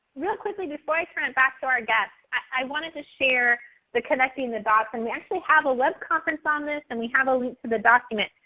real quickly before i turn it back to our guests, i wanted to share the connecting the dots. and we actually have a web conference on this, and we have a link to the document.